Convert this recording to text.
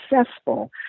successful